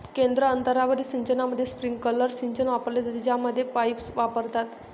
केंद्र अंतरावरील सिंचनामध्ये, स्प्रिंकलर सिंचन वापरले जाते, ज्यामध्ये पाईप्स वापरतात